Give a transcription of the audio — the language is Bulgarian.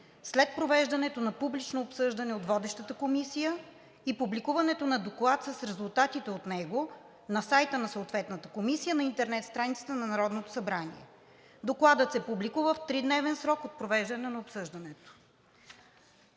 след провеждането на публично обсъждане от водещата комисия и публикуването на доклад с резултатите от него на сайта на съответната комисия на интернет страницата на Народното събрание. Докладът се публикува в тридневен срок от провеждане на обсъждането.“